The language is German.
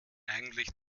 eigentlich